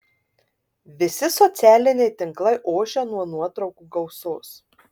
visi socialiniai tinklai ošia nuo nuotraukų gausos